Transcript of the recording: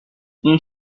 این